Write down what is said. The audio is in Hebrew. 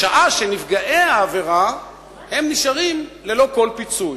בשעה שנפגעי העבירה נשארים ללא כל פיצוי.